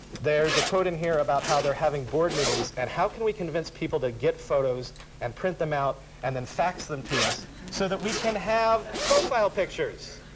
there's a quote in here about how they're having board meetings. and how can we convince people to get photos and print them out and then fax them to us so that we can have profile pictures?